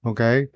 Okay